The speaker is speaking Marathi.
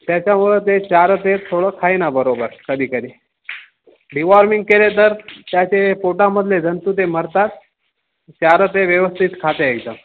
त्याच्यामुळे ते चारा ते थोडं खाईना बरोबर कधीकधी डिवॉर्मिंग केले तर त्याचे पोटामधले जंतू ते मरतात चारा ते व्यवस्थित खाते एकदम